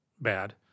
bad